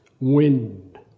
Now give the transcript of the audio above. wind